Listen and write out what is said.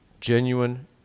genuine